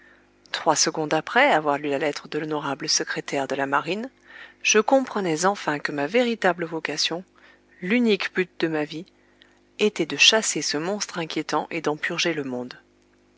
trois secondes après avoir lu la lettre de l'honorable secrétaire de la marine je comprenais enfin que ma véritable vocation l'unique but de ma vie était de chasser ce monstre inquiétant et d'en purger le monde